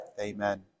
Amen